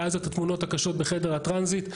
ואז את התמונות בקשות בחדר הטרנזיט.